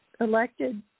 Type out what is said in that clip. elected